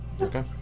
Okay